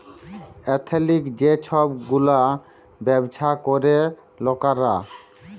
এথলিক যে ছব গুলা ব্যাবছা ক্যরে লকরা